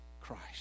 Christ